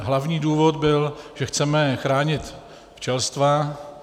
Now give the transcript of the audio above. Hlavní důvod byl, že chceme chránit včelstva.